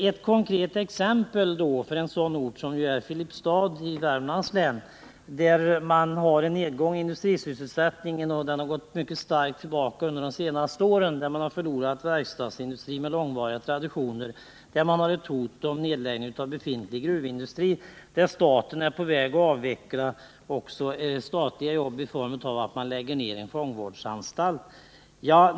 Ett konkret exempel är Filipstad i Värmland, där man har en nedgång i sysselsättningen. Den har gått starkt tillbaka under de senaste åren, och man har förlorat verkstadsindustri med långvariga traditioner. Det föreligger också ett hot om nedläggning av befintlig gruvindustri. Vidare är staten på väg att avveckla statliga jobb genom att man lägger ned en fångvårdsanstalt.